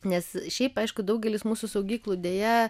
nes šiaip aišku daugelis mūsų saugyklų deja